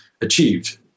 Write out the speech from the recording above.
achieved